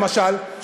למשל,